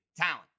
talent